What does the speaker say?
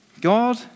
God